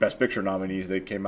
best picture nominees they came